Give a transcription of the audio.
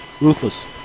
ruthless